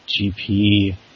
GP